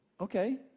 Okay